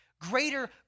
greater